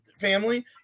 family